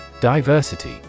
Diversity